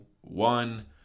one